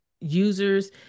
users